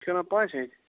چھِ اَنان پانٛژِ ہتہِ